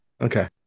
Okay